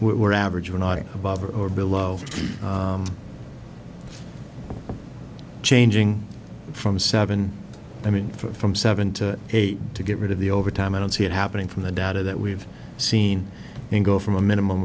were average were not above or below changing from seven i mean from seven to eight to get rid of the overtime i don't see it happening from the data that we've seen it go from a minimum